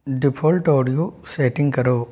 default audio setting करो